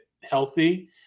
healthy